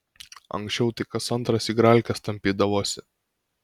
anksčiau tai kas antras igralkes tampydavosi